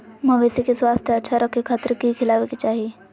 मवेसी के स्वास्थ्य अच्छा रखे खातिर की खिलावे के चाही?